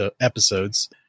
episodes